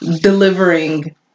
delivering